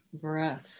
breath